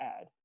add